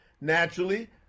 naturally